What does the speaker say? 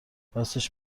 راستش